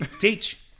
teach